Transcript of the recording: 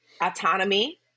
autonomy